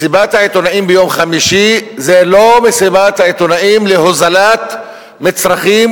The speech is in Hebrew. מסיבת העיתונאים ביום חמישי זה לא מסיבת העיתונאים להוזלת מצרכים,